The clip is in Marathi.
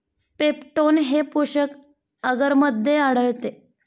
पेप्टोन हे पोषक आगरमध्ये आढळते